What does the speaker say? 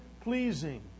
pleasing